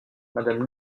madame